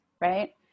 Right